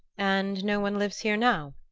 and no one lives here now?